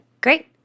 great